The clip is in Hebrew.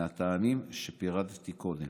מהטעמים שפירטתי קודם.